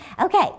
Okay